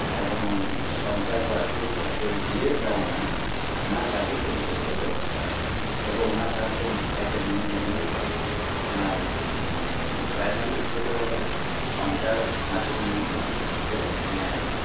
ᱮᱵᱚᱝ ᱥᱟᱱᱛᱟᱲ ᱯᱟᱹᱨᱥᱤ ᱡᱟᱛᱮ ᱡᱤᱭᱟᱹᱲ ᱛᱟᱦᱮᱱ ᱢᱟ ᱚᱱᱟ ᱞᱟᱹᱜᱤᱫ ᱩᱱᱠᱩ ᱠᱚ ᱵᱮᱵᱚᱥᱛᱟ ᱭᱮᱫᱟ ᱮᱵᱚᱝ ᱚᱱᱟ ᱥᱟᱶᱛᱮ ᱢᱤᱫᱴᱮᱡ ᱠᱟᱛᱷᱟ ᱢᱮᱱ ᱤᱧ ᱦᱤᱲᱤᱧ ᱟᱠᱟᱜᱼᱟ ᱚᱱᱟ ᱯᱨᱟᱭᱢᱟᱨᱤ ᱤᱥᱠᱩᱞ ᱨᱮᱦᱚᱸ ᱥᱟᱱᱛᱟᱲ ᱢᱟᱪᱮᱫ ᱢᱮᱱ ᱛᱮᱦᱚᱸ ᱢᱤᱫᱴᱮᱡ ᱫᱚ ᱢᱮᱱᱟᱭ ᱜᱮᱭᱟ